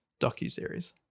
docuseries